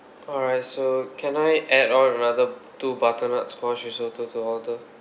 alright so can I add on another two butternut squash risotto to order